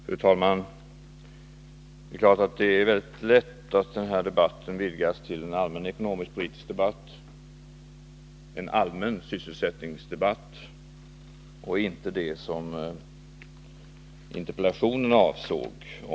Fru talman! Det är klart att den här debatten väldigt lätt vidgas till en allmän ekonomisk-politisk debatt, en allmän sysselsättningsdebatt, och inte kommer att gälla det som interpellationen avsåg.